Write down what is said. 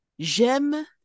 J'aime